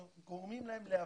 גורמים להם להבין,